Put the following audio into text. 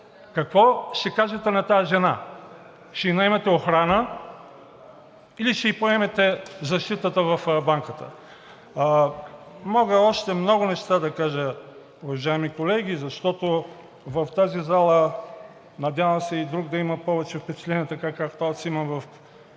Какво ще кажете на тази жена – ще ѝ наемете охрана, или ще ѝ поемете защитата в банката? Мога още много неща да кажа, уважаеми колеги, защото в тази зала, надявам се и друг да има повече впечатления, така както аз имам в качеството